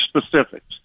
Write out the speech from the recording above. specifics